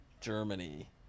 Germany